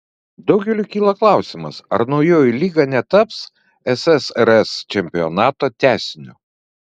daugeliui kyla klausimas ar naujoji lyga netaps ssrs čempionato tęsiniu